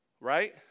Right